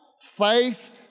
faith